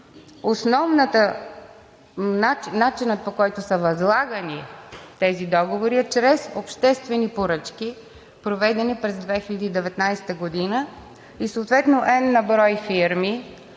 година. Начинът, по който са възлагани тези договори, е чрез обществени поръчки, проведени през 2019 г., и съответно n на брой фирми